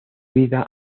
vida